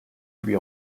lui